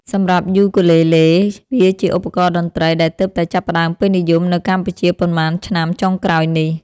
សម្រាប់យូគូលេលេ វាជាឧបករណ៍តន្ត្រីដែលទើបតែចាប់ផ្តើមពេញនិយមនៅកម្ពុជាប៉ុន្មានឆ្នាំចុងក្រោយនេះ។